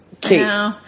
Kate